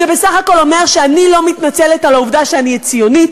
זה בסך הכול אומר שאני לא מתנצלת על העובדה שאני ציונית,